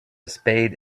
spade